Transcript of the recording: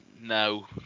No